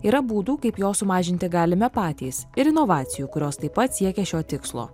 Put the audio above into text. yra būdų kaip jo sumažinti galime patys ir inovacijų kurios taip pat siekia šio tikslo